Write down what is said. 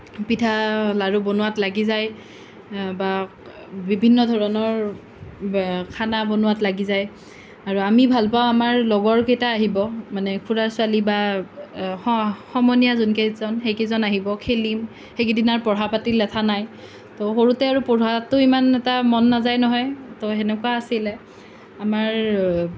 পিঠা লাড়ু বনোৱাত লাগি যায় বা বিভিন্ন ধৰণৰ খানা বনোৱাত লাগি যায় আৰু আমি ভাল পাওঁ আমাৰ লগৰ কেইটা আহিব মানে খুড়াৰ ছোৱালী বা সমনীয়া যোন কেইজন সেই কেইজন আহিব খেলিম সেই কেইদিন আৰু পঢ়া পাতিৰ লেঠা নাই তো সৰুতে আৰু পঢ়াতো ইমান এটা মন নাযায় নহয় তো সেনেকুৱা আছিলে আমাৰ